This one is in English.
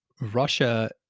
Russia